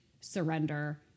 surrender